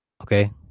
okay